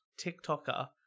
TikToker